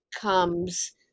comes